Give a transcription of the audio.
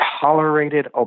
tolerated